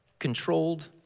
controlled